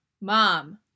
mom